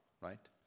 right